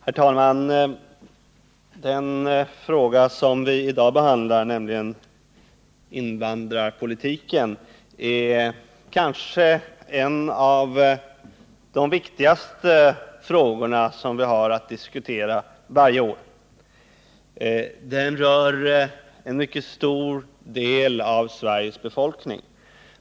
Herr talman! Den fråga som vi i dag behandlar, nämligen invandrarpolitiken, är kanske en av de viktigaste frågorna som vi har att diskutera. Den rör en mycket stor del av Sveriges befolkning.